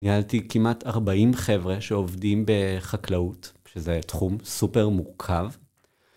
נהלתי כמעט 40 חבר'ה שעובדים בחקלאות, שזה תחום סופר מורכב.